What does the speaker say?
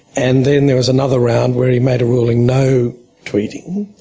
and then there was another round where he made a ruling no tweeting.